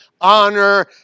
honor